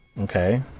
Okay